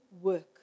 work